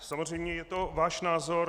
Samozřejmě je to váš názor.